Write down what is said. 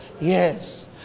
Yes